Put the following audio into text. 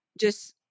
just-